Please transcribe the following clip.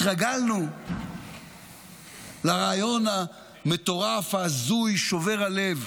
התרגלנו לרעיון המטורף, ההזוי, שובר הלב,